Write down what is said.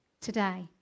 today